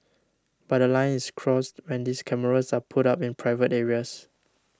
but line is crossed when these cameras are put up in private areas